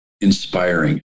inspiring